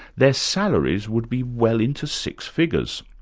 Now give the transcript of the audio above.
their salaries would be well into six figures.